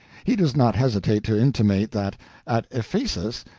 he does not hesitate to intimate that at ephesus,